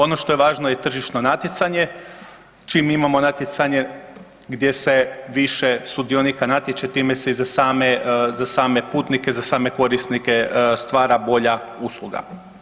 Ono što je važno je tržišno natjecanje, čim imamo natjecanje gdje se više sudionika natječe, time se i za same putnike, za same korisnike stvara bolja usluga.